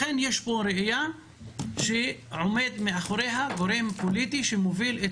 לכן יש פה ראייה שעומד מאחוריה גורם פוליטי שמוביל את